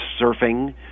surfing